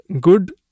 good